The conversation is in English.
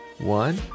one